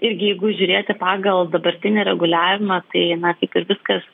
irgi jeigu žiūrėti pagal dabartinį reguliavimą tai na kaip ir viskas